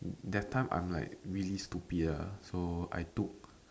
that time I'm like really stupid ah so I took